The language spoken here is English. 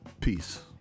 peace